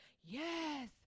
yes